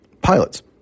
pilots